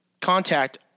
contact